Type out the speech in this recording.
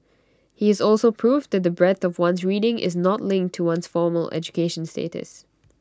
he is also proof that the breadth of one's reading is not linked to one's formal education status